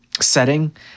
setting